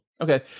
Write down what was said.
Okay